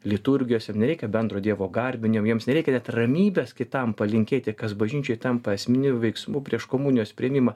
liturgijose nereikia bendro dievo garbini jiems nereikia net ramybės kitam palinkėti kas bažnyčioj tampa esminiu veiksmu prieš komunijos priėmimą